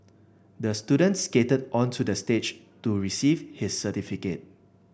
the student skated onto the stage to receive his certificate